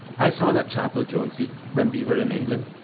i saw that chapel, jonesy, when we were in england,